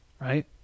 right